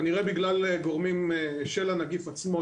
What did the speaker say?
כנראה בגלל גורמים של הנגיף עצמו,